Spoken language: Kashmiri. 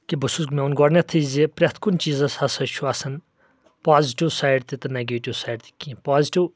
کہِ بہٕ چھس مےٚ ووٚن گۄڈنیٚتھے زِ پرٮ۪تھ کُنہِ چیٖزس ہسا چھُ آسان پازٹِو سایڈ تہِ تہٕ نیگیٹِو سایڈ تہِ کیٚنٛہہ پازٹِو